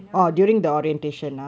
ஏனா வந்து:yaenaa vanthu